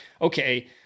okay